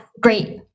great